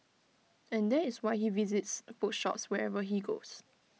and that is why he visits bookshops wherever he goes